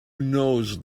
knows